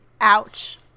Ouch